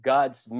God's